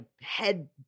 head